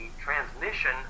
transmission